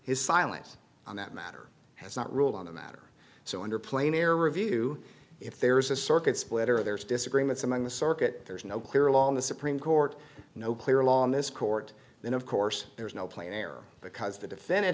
his silence on that matter has not ruled on the matter so under plane air review if there's a circuit split or there's disagreements among the circuit there's no clear law in the supreme court no clear law on this court then of course there is no plane air because the defend